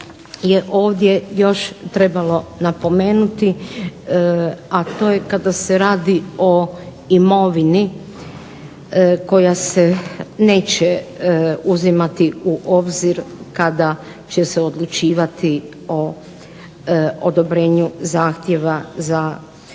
ovdje još trebalo napomenuti, a to je kada se radi o imovini koja se neće uzimati u obzir kada će se odlučivati o odobrenju zahtjeva za